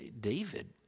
David